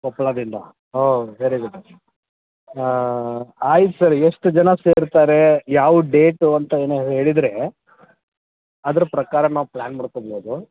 ಕೊಪ್ಪಳದಿಂದ oh very good ಆಯ್ತು sir ಎಷ್ಟು ಜನ ಸೇರ್ತಾರೆ ಯಾವ ಡೇಟು ಅಂತ ಏನು ಹೇಳಿದರೆ ಅದ್ರ ಪ್ರಕಾರ ನಾವು ಪ್ಲ್ಯಾನ್ ಮಾಡ್ಕೊಬೋದು